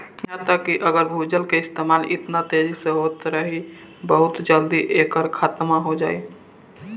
इहा तक कि अगर भूजल के इस्तेमाल एतना तेजी से होत रही बहुत जल्दी एकर खात्मा हो जाई